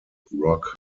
rock